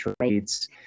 trades